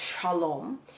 Shalom